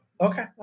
okay